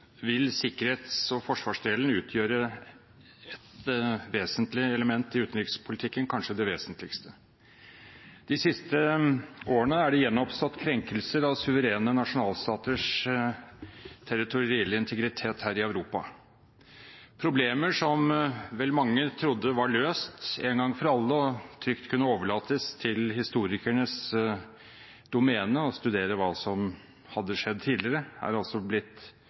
forsvarsdelen utgjøre et vesentlig element i utenrikspolitikken, kanskje det vesentligste. De siste årene er det gjenoppstått krenkelser av suverene nasjonalstaters territorielle integritet her i Europa. Problemer som vel mange trodde var løst en gang for alle, og som trygt kunne overlates til historikernes domene når det gjelder å studere hva som hadde skjedd tidligere, har altså blitt